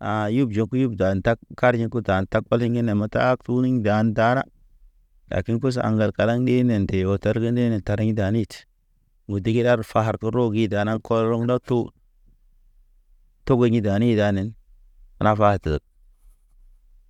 A̰ yub jub yub dan tag kari u dan tag kɔli yine ma takturi dan dara. Lakin kus aŋgal kalaŋ ɗe ne wa tar ge nde ne tar ge danit. Mudig ɗar far te rogi dana kɔr rɔŋ to. Togo yḭ dani danen, ana fa ted.